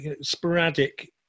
sporadic